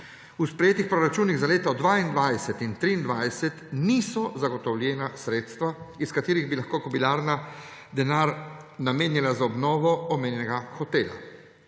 V sprejetih proračunih za leti 2022 in 2023 niso zagotovljena sredstva, iz katerih bi lahko kobilarna denar namenjala za obnovo omenjenega hotela.